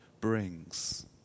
brings